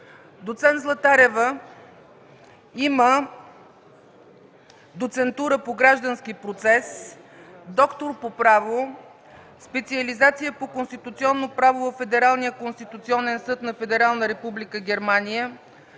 Доцент Златарева има доцентура по граждански процес, доктор по право, специализация по конституционно право във Федералния